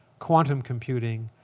quantum computing,